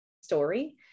story